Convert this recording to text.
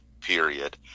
period